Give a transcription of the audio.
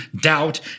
doubt